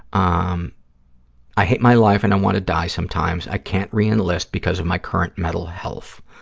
um i hate my life and i want to die sometimes. i can't reenlist because of my current mental health.